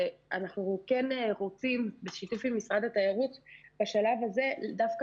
אנחנו כן רוצים בשיתוף עם משרד התיירות בשלב הזה דווקא